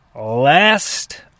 Last